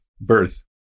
birth